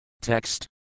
Text